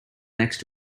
next